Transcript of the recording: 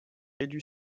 élu